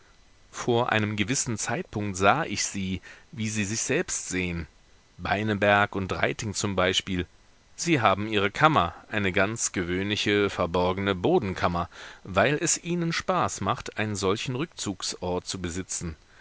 vor einem gewissen zeitpunkt sah ich sie wie sie sich selbst sehen beineberg und reiting zum beispiel sie haben ihre kammer eine ganz gewöhnliche verborgene bodenkammer weil es ihnen spaß macht einen solchen rückzugsort zu besitzen